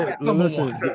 listen